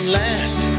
last